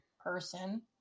person